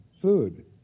food